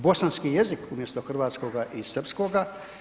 Bosanski jezik umjesto hrvatskoga i srpskoga.